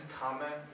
comment